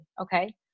Okay